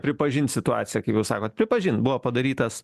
pripažint situaciją kaip jūs sakot pripažint buvo padarytas